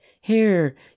Here